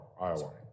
Iowa